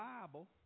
Bible